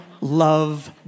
love